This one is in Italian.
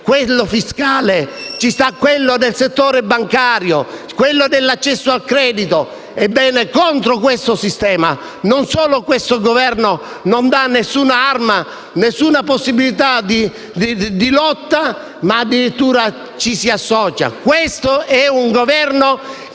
quello fiscale, quello del settore bancario e dell'accesso al credito. Ebbene, contro questo sistema, non solo il Governo non dà alcuna arma e alcuna possibilità di lotta, ma addirittura ci si associa. Questo è un Governo